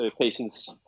patients